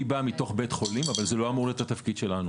אני בא מתוך בית חולים אבל זה לא אמור להיות התפקיד שלנו.